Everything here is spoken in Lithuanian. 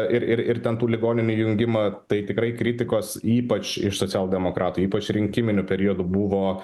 ir ir ir ten tų ligoninių jungimą tai tikrai kritikos ypač iš socialdemokratų ypač rinkiminiu periodu buvo